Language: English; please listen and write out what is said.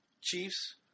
Chiefs